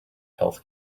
health